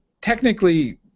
Technically